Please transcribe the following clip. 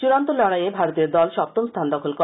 চূডান্ত লডাই এ ভারতীয় দল সপ্তম স্হান দখল করে